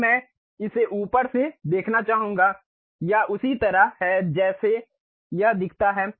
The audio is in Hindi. अब मैं इसे ऊपर से देखना चाहूंगा यह उसी तरह है जैसे यह दिखता है